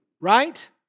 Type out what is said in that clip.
Right